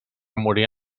morir